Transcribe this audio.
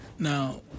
Now